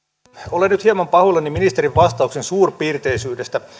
olen nyt hieman pahoillani ministerin vastauksen suurpiirteisyydestä